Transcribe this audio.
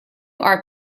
art